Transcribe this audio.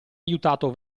aiutato